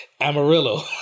amarillo